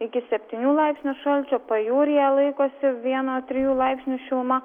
iki septynių laipsnių šalčio pajūryje laikosi vieno trijų laipsnių šiluma